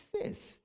exist